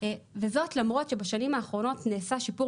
וזאת למרות שבשנים האחרונות נעשה שיפור